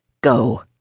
Go